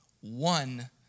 one